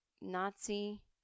Nazi